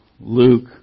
Luke